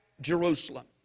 Jerusalem